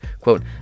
quote